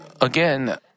again